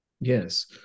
Yes